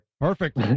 Perfect